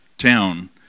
town